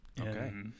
Okay